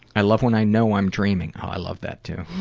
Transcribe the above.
i love when i know i'm dreaming. oh i love that too.